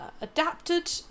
adapted